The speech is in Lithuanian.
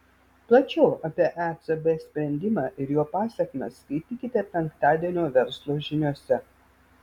plačiau apie ecb sprendimą ir jo pasekmes skaitykite penktadienio verslo žiniose